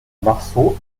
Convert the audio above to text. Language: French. marceau